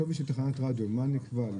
שווי של תחנת רדיו מה נקבע?